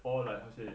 all like how to say